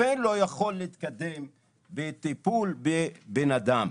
הרופא לא יכול להתקדם בטיפול באדם.